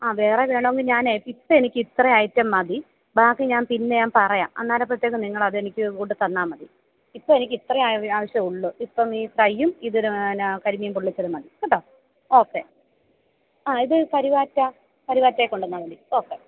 അ വേറെ വേണമെങ്കിൽ ഞാൻ ഇപ്പോൾ എനിക്ക് ഇത്ര ഐറ്റം മതി ബാക്കി ഞാൻ പിന്നെ ഞാൻ പറയാം അന്നേരം അപ്പോഴത്തേക്കും നിങ്ങൾ അതെനിക്ക് കൊണ്ടു തന്നാൽ മതി ഇപ്പം എനിക്ക് ഇത്രയും ആവശ്യമേ ഉള്ളൂ ഇപ്പം ഈ ഫ്രൈയും ഇതും കൂടെ എന്നാ കരിമീൻ പൊള്ളിച്ചതും മതി കേട്ടോ ഓക്കെ ആ ഇത് കരിവാറ്റ കരിവാറ്റ കൊണ്ടു വന്നാൽ മതി ഓക്കെ